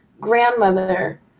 grandmother